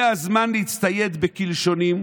"הגיע הזמן להצטייד בקלשונים"